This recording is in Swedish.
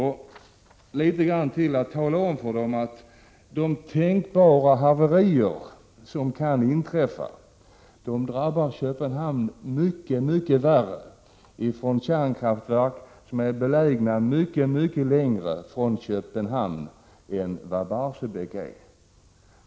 Hon borde också tala om för dem att haverier som möjligen kan inträffa vid kärnkraftverk som ligger längre från Köpenhamn än vad Barsebäck gör kan drabba Köpenhamn mycket värre än när det gäller Barsebäck.